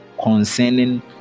concerning